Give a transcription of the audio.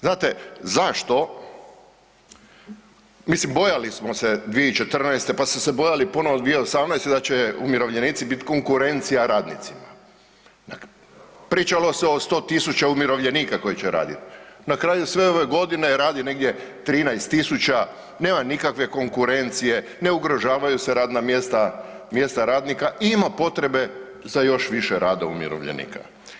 Znate zašto, mislim bojali smo se 2014., pa smo se bojali ponovo 2018. da će umirovljenici bit konkurencija radnicima, pričalo se o 100 000 umirovljenika koji će radit, na kraju sve ove godine radi negdje 13000, nema nikakve konkurencije, ne ugrožavaju se radna mjesta, mjesta radnika, ima potrebe za još više rada umirovljenika.